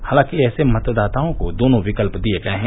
हालांकि ऐसे मतदाताओं को दोनों विकल्प दिए गए हैं